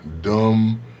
dumb